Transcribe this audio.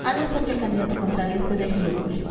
a no ser que el candidato contrario se deje lo doble